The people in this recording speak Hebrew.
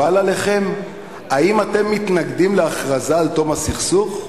האם אתם מתנגדים להכרזה על תום הסכסוך?